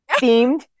themed